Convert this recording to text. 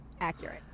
accurate